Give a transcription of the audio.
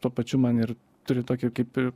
tuo pačiu man ir turi tokį kaip ir